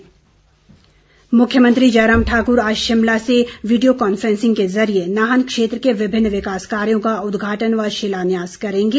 मुख्यमंत्री मुख्यमंत्री जयराम ठाकुर आज शिमला से वीडियो कांफैसिंग के जरिए नाहन क्षेत्र के विभिन्न विकास कार्यों का उद्घाटन व शिलान्यास करेंगे